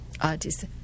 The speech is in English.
artists